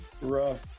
rough